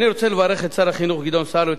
אני רוצה לברך את שר החינוך גדעון סער,